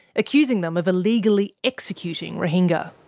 accusing them of illegally executing rohingya.